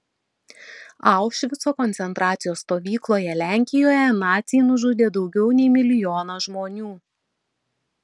aušvico koncentracijos stovykloje lenkijoje naciai nužudė daugiau nei milijoną žmonių